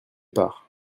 part